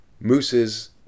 Moose's